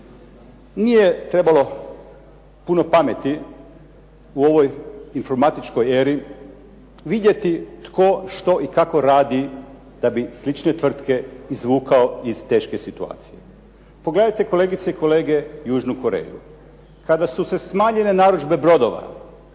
Nije trebalo puno pameti u ovoj informatičkoj eri vidjeti tko, što i kako radi da bi slične tvrtke izvukao iz teške situacije. Pogledajte kolegice i kolege južnu Koreju. Kada su se smanjile narudžbe brodova,